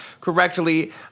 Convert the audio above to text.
correctly